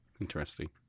Interesting